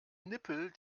nippel